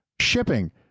shipping